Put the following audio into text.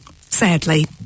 sadly